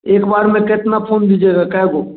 एक बार में कितना फ़ोन दीजिएगा कै गो